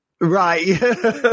Right